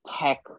tech